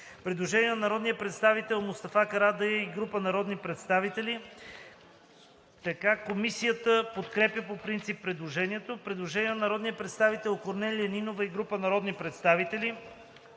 Предложение на народния представител Мустафа Карадайъ и група народни представители. Комисията подкрепя по принцип предложението. Предложение на народния представител Корнелия Нинова и група народни представители.